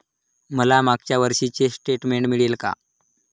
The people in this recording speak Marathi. मला मागच्या वर्षीचे स्टेटमेंट मिळेल का?